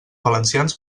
valencians